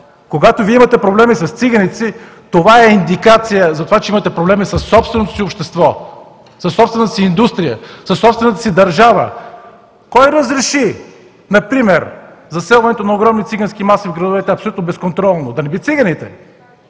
Когато Вие имате проблеми с циганите си, това е индикация за това, че имате проблеми със собственото си общество, със собствената си индустрия, със собствената си държава. Кой разреши например заселването на огромни цигански маси в градовете абсолютно безконтролно – да не би циганите?